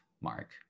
Mark